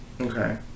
okay